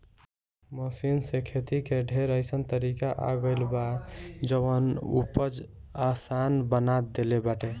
machine से खेती के ढेर अइसन तरीका आ गइल बा जवन उपज आसान बना देले बाटे